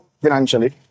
financially